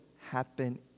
happen